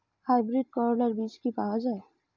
Hybrid করলার বীজ কি পাওয়া যায়?